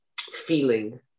feeling